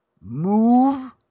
move